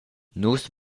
nus